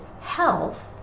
health